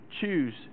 choose